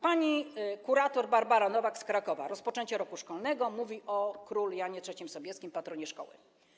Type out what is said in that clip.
Pani kurator Barbara Nowak z Krakowa podczas rozpoczęcia roku szkolnego mówi o królu Janie III Sobieskim, patronie szkoły.